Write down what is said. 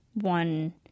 one